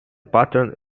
pattern